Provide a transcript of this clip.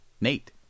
Nate